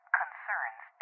concerns